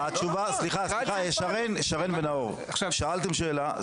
שרן ונאור, שאלתם שאלה.